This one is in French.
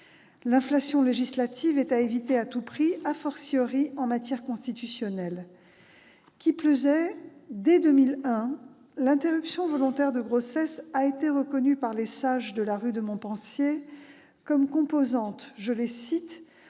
L'inflation législative est à éviter à tout prix, en matière constitutionnelle. Qui plus est, dès 2001, l'interruption volontaire de grossesse a été reconnue par les sages de la rue de Montpensier comme composante de « la